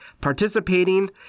participating